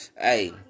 Hey